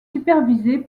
supervisée